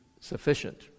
sufficient